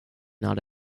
not